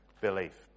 belief